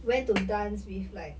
went to dance with like